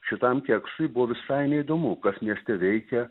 šitam keksui buvo visai neįdomu kas mieste veikia